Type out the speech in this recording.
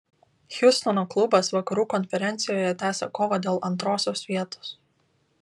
hjustono klubas vakarų konferencijoje tęsia kovą dėl antrosios vietos